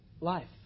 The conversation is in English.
life